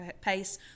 pace